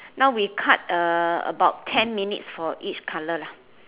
now we cut uh about ten minutes for each color lah